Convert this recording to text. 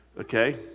Okay